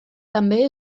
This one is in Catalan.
també